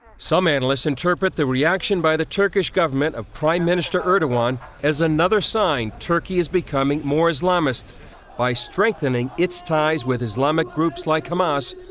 some analysts interpret the reaction by the turkish government of prime minister erdogan as another sign turkey is becoming more islamist by strengthening its ties with islamic groups like hamas,